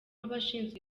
abashinzwe